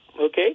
Okay